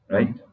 Right